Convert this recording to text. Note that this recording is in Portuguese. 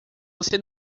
você